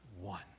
one